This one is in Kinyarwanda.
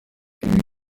ibi